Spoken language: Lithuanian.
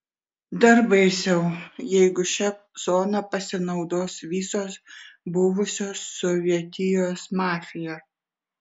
dar baisiau jeigu šia zona pasinaudos visos buvusios sovietijos mafija